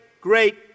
great